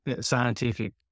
scientific